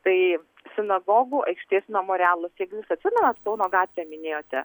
tai sinagogų aikštės memorialas jeigu jūs atsimenat kauno gatvę minėjote